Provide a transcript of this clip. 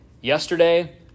yesterday